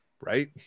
right